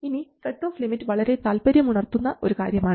ഇനി cut off limit വളരെ താൽപര്യമുണർത്തുന്ന ഒരു കാര്യമാണ്